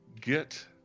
get